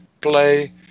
play